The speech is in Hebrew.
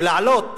ולעלות